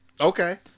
okay